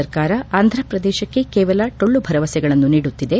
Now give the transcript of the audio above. ಸರ್ಕಾರ ಆಂಧಪ್ರದೇಶಕ್ಷೆ ಕೇವಲ ಟೊಳ್ಳು ಭರವಸೆಗಳನ್ನು ನೀಡುತ್ತಿದೆ